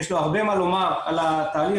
יש לו הרבה מה לומר על התהליך,